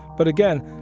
but again,